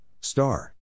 Star